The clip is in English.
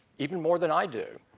even more than i do.